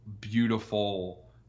beautiful